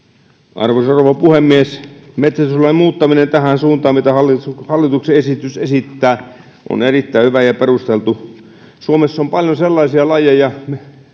arvoisa rouva puhemies metsästyslain muutos tähän suuntaan mitä hallituksen esitys esittää on erittäin hyvä ja perusteltu suomessa on paljon sellaisia lajeja